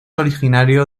originario